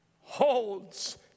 holds